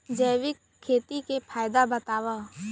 जैविक खेती के फायदा बतावा?